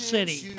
City